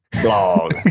Blog